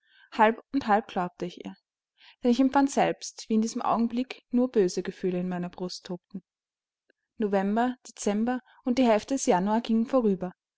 halb und halb glaubte ich ihr denn ich empfand selbst wie in diesem augenblick nur böse gefühle in meiner brust tobten november dezember und die hälfte des januar gingen vorüber